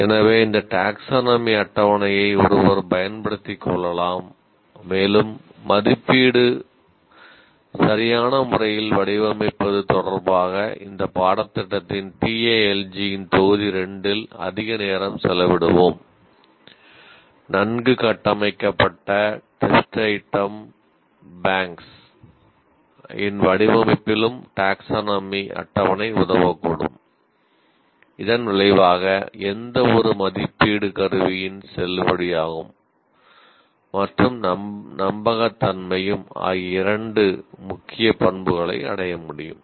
எனவே இந்த டாக்சோனாமி கருவியின் "செல்லுபடியாகும் மற்றும் நம்பகத்தன்மையும்" ஆகிய இரண்டு முக்கிய பண்புகளை அடைய முடியும்